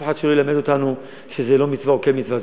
אף אחד שלא ילמד אותנו שזה לא מצווה או כן מצווה,